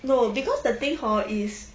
no because the thing hor is